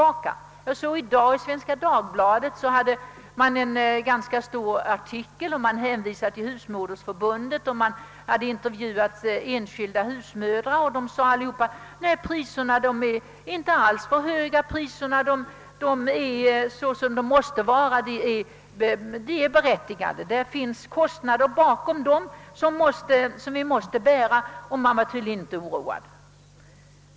I dagens nummer av Svenska Dagbladet finns en stor artikel om priserna, där det bl.a. hänvisas till Svenska husmodersförbundet och intervjuer med enskilda husmödrar, varav framgår att man inte anser priserna vara för höga utan berättigade med hänsyn till bakomliggande kostnader. Man är tydligen inte oroad av prisstegringarna.